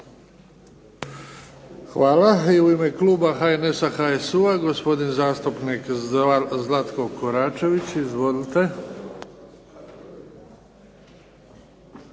Hvala. I u ime kluba HNS-HSU-a gospodin zastupnik Zlatko Koračević. Izvolite.